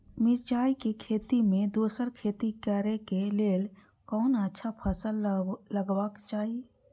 मिरचाई के खेती मे दोसर खेती करे क लेल कोन अच्छा फसल लगवाक चाहिँ?